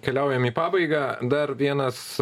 keliaujam į pabaigą dar vienas